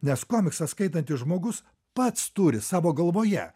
nes komiksą skaitantis žmogus pats turi savo galvoje